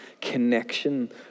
connection